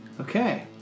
Okay